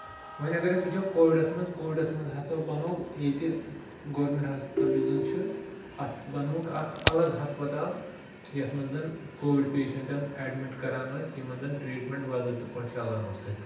وَن اَگر أسۍ وُچھو کووِڈس منٛز کووِڈس منٛز ہسا بَنو ییٚتہِ گورمینٹ ہاسپِٹل یُس زَن چھُ اَتھ بِنووُکھ اکھ الگ ہسپِتال یتھ منٛز زَن کووِڈ پیشنٹن ایڈمِٹ کران ٲسۍ یِمن زَن ٹریٖٹمینٹ باضٲبتہٕ پٲٹھۍ چلان اوس تَتہِ